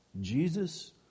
Jesus